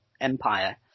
empire